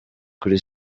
kuri